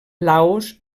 laos